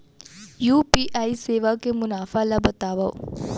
UPI सेवा के मुनाफा ल बतावव?